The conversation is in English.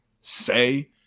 say